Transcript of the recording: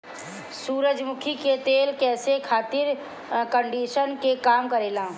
सूरजमुखी के तेल केस खातिर कंडिशनर के काम करेला